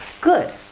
Good